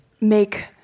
make